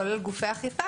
כולל גופי אכיפה.